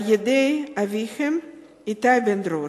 על-ידי אביהם איתי בן-דרור.